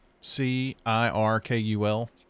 C-I-R-K-U-L